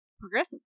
Progressive